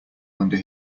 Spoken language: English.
under